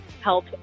help